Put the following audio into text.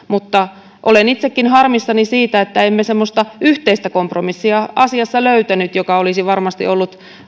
mutta olen itsekin harmissani siitä että emme semmoista yhteistä kompromissia asiassa löytäneet mikä olisi varmasti ollut